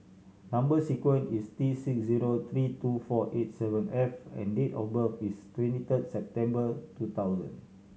number sequence is T six zero three two four eight seven F and date of birth is twenty third September two thousand